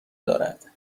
دارد